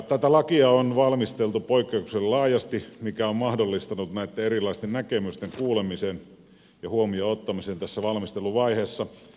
tätä lakia on valmisteltu poikkeuksellisen laajasti mikä on mahdollistanut näitten erilaisten näkemysten kuulemisen ja huomioon ottamisen tässä valmisteluvaiheessa